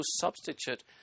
substitute